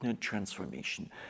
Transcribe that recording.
transformation